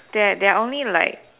that there are only like